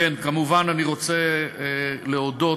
כמובן, אני רוצה כבר להודות,